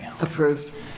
approved